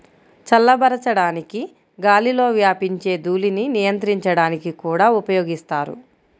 చల్లబరచడానికి గాలిలో వ్యాపించే ధూళిని నియంత్రించడానికి కూడా ఉపయోగిస్తారు